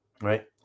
Right